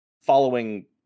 following